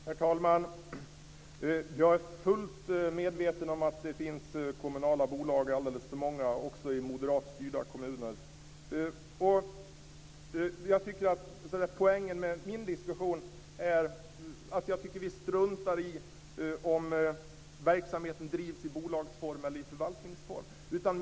Herr talman! Jag är fullt medveten om att det finns alldeles för många kommunala bolag också i moderatstyrda kommuner. Poängen i det som jag säger är att jag tycker att vi struntar i om verksamheten drivs i bolagsform eller i förvaltningsform.